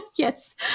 Yes